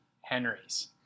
Henry's